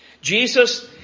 Jesus